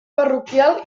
parroquial